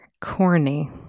Corny